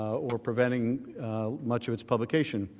or preventing much of his publication.